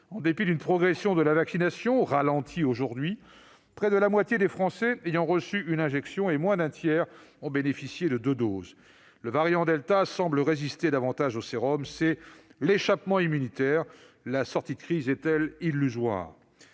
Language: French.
En dépit d'une progression de la vaccination, au ralenti aujourd'hui, à peine la moitié des Français ont reçu une injection et moins d'un tiers ont bénéficié de deux doses. Le variant delta semble résister davantage au sérum- c'est l'échappement immunitaire. La sortie de crise est-elle illusoire ?